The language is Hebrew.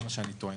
זה מה שאני טוען.